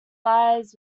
lies